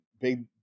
big